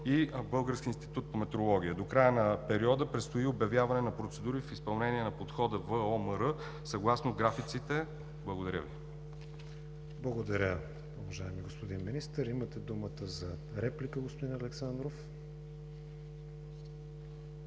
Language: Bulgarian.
и Българският институт по метрология. До края на периода предстои обявяване на процедури в изпълнение на подхода ВОМР съгласно графиците. Благодаря Ви. ПРЕДСЕДАТЕЛ КРИСТИАН ВИГЕНИН: Благодаря, уважаеми господин Министър. Имате думата за реплика, господин Александров. НИКОЛАЙ